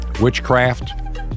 Witchcraft